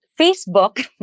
Facebook